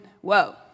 whoa